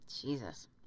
Jesus